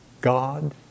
God